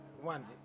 one